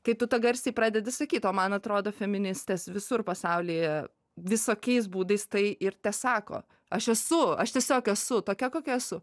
kai tu tą garsiai pradedi sakyt o man atrodo feministės visur pasaulyje visokiais būdais tai ir tesako aš esu aš tiesiog esu tokia kokia esu